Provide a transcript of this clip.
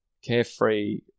Carefree